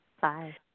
Bye